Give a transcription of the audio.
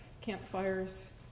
campfires